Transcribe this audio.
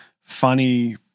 funny